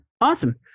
Awesome